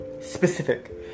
specific